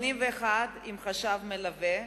81 רשויות עם חשב מלווה,